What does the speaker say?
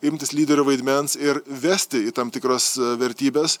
imtis lyderio vaidmens ir vesti į tam tikras vertybes